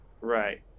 right